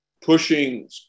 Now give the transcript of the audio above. pushing